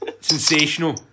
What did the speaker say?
sensational